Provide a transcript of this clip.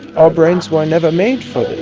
our brains were never made for